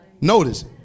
Notice